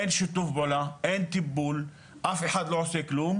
אין שיתוף פעולה, אין טיפול, אף אחד לא עושה כלום